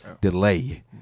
delay